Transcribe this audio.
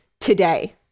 today